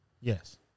Yes